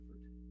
effort